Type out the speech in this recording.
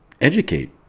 educate